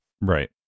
Right